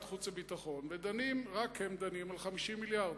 החוץ והביטחון ורק הם דנים על 50 מיליארד.